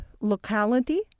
locality